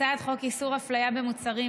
הצעת חוק איסור הפליה במוצרים,